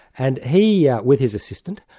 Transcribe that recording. and he, yeah with his assistant,